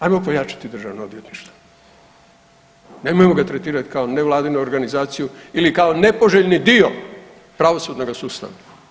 Ajmo pojačati državno odvjetništvo, nemojmo ga tretirat kao nevladinu organizaciju ili kao nepoželjni dio pravosudnoga sustava.